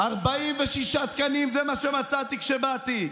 46 תקנים, זה מה שמצאתי כשבאתי.